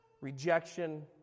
Rejection